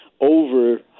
over